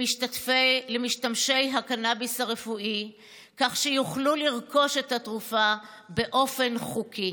למשתמשי הקנביס הרפואי כך שיוכלו לרכוש את התרופה באופן חוקי.